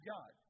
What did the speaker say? God